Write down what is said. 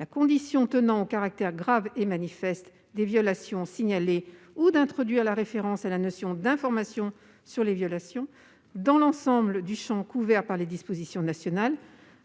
la condition tenant au caractère « grave et manifeste » des violations signalées ou d'introduire la référence à la notion « d'informations sur les violations » dans l'ensemble du champ couvert par les dispositions nationales,